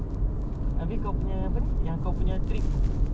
aku akan sangkut confirmed hook ya